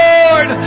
Lord